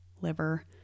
liver